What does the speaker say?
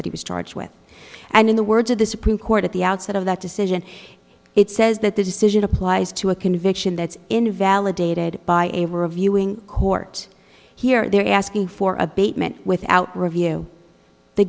that he was charged with and in the words of the supreme court at the outset of that decision it says that the decision applies to a conviction that's invalidated by a reviewing court here they're asking for abatement without review the